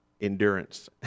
Endurance